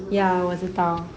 ya 我知道